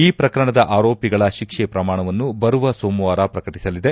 ಈ ಪ್ರಕರಣದ ಆರೋಪಿಗಳ ಶಿಕ್ಷೆ ಪ್ರಮಾಣವನ್ನು ಬರುವ ಸೋಮವಾರ ಪ್ರಕಟಿಸಲಿದೆ